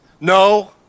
No